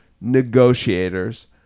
negotiators